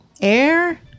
Air